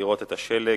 לראות את השלג,